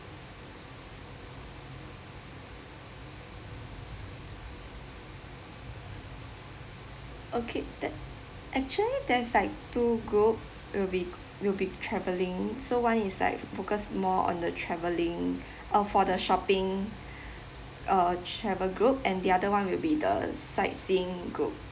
okay that actually there's like two group will be will be travelling so one is like focus more on the travelling uh for the shopping uh travel group and the other one will be the sightseeing group